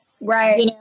Right